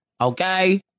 okay